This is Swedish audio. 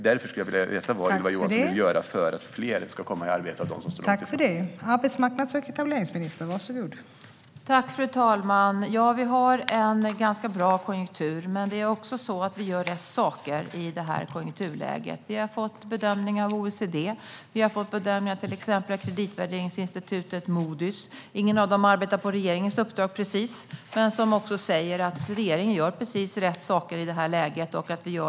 Därför skulle jag vilja veta vad Ylva Johansson vill göra för att fler ska komma i arbete av dem som står långt från arbetsmarknaden.